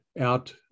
out